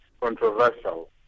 controversial